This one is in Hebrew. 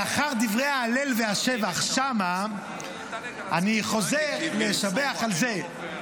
לאחר דברי ההלל והשבח שם, אני חוזר לשבח על זה.